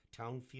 Townfield